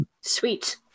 Sweet